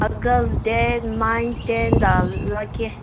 ꯑꯥꯒꯁ date nineteenth ꯂꯥꯛꯀꯦ